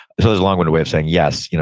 it's a long winded way of saying yes. you know